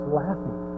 laughing